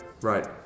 Right